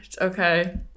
Okay